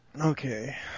Okay